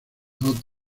hot